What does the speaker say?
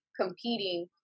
competing